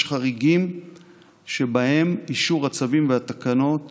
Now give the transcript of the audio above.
יש חריגים שבהם אישור הצווים והתקנות